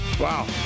Wow